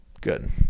good